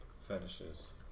Fetishes